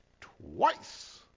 twice